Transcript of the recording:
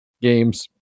Games